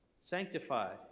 Sanctified